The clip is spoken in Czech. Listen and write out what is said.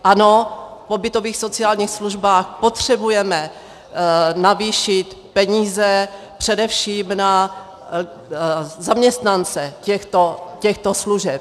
Ano, v pobytových sociálních službách potřebujeme navýšit peníze především na zaměstnance těchto služeb.